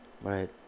Right